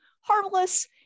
harmless